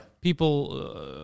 People